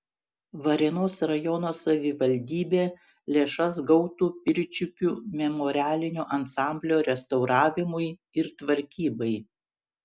varėnos rajono savivaldybė lėšas gautų pirčiupių memorialinio ansamblio restauravimui ir tvarkybai